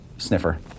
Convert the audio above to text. sniffer